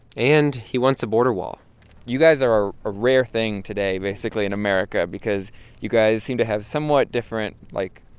and he wants a border wall you guys are a rare thing today basically in america because you guys seem to have somewhat different, like,